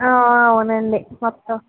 అవునండి మొత్తం